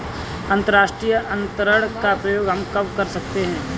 अंतर्राष्ट्रीय अंतरण का प्रयोग हम कब कर सकते हैं?